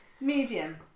Medium